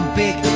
big